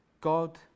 god